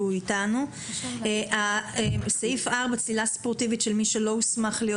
הוא איתנו: בסעיף 4 "צלילה ספורטיבית של מי שלא הוסמך להיות